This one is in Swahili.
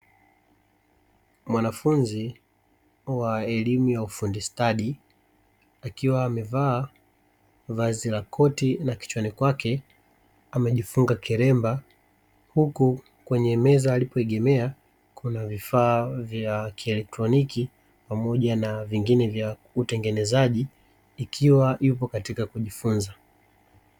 Mwanafunzi wa elimu ya ufundi stadi, akiwa amevaa vazi la koti na kichwani kwake amejifunga kilemba; huku kwenye meza alipoegemea kuna vifaa vya kielektroniki pamoja na vingine vya utengenezaji, ikiwa yupo katika kujifunza.